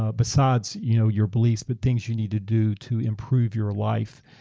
ah besides you know your beliefs but things you need to do to improve your life,